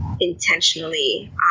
intentionally